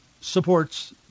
supports